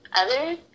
others